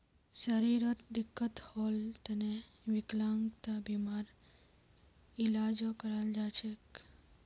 शरीरत दिक्कत होल तने विकलांगता बीमार इलाजो कराल जा छेक